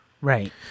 Right